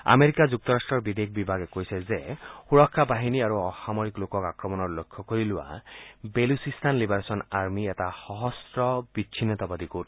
America যুক্তৰাষ্ট্ৰৰ বিদেশ বিভাগে কৈছে যে সুৰক্ষা বাহিনী আৰু অসামৰিক লোকক আক্ৰমণৰ লক্ষ্য কৰি লোৱা বেলুচিস্তান লিবাৰেচন আৰ্মীৰ এটা সশস্ত্ৰ বিচ্ছিন্নতাবাদী গোট